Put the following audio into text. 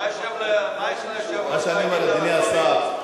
מה שאני אומר, אדוני השר,